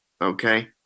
Okay